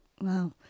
Wow